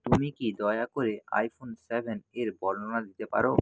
তুমি কি দয়া করে আইফোন সেভেন এর বর্ণনা দিতে পারো